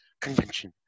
convention